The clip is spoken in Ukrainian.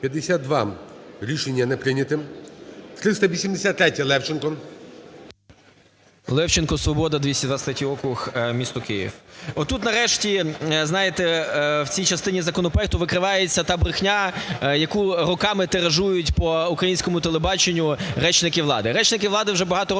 Рішення не прийнято. 383-я. Левченко. 11:15:22 ЛЕВЧЕНКО Ю.В. Левченко, "Свобода", 223 округ, місто Київ. Отут, нарешті, знаєте, в цій частині законопроекту викривається та брехня, яку роками тиражують по українському телебаченню речники влади. Речники влади вже багато років